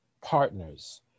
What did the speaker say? partners